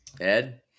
ed